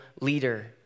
leader